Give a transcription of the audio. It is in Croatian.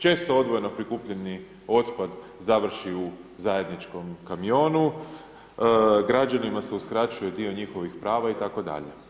Često odvojeno prikupljeni otpad završi u zajedničkom kamionu, građanima se uskraćuje dio njihovih prava itd.